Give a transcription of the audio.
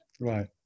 Right